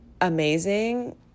amazing